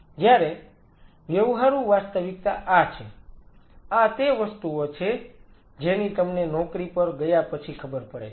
જયારે વ્યવહારુ વાસ્તવિકતા આ છે આ તે વસ્તુઓ છે જેની તમને નોકરી પર ગયા પછી ખબર પડે છે